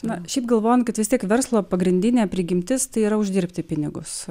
na šiaip galvojant kad vis tik verslo pagrindinė prigimtis tai yra uždirbti pinigus